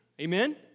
Amen